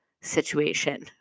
situation